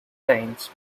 times